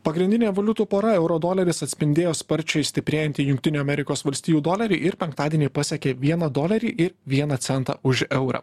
pagrindinė valiutų pora euro doleris atspindėjo sparčiai stiprėjantį jungtinių amerikos valstijų dolerį ir penktadienį pasekė vieną dolerį i vieną centą už eurą